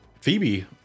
phoebe